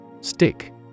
Stick